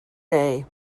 day